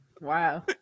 Wow